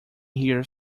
here